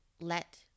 let